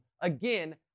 Again